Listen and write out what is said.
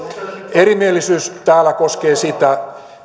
erimielisyys täällä koskee sitä